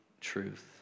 truth